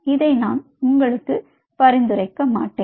இதை நான் உங்களுக்கு பரிந்துரைக்க மாட்டேன்